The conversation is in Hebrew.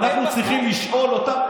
אנחנו צריכים לשאול אותם?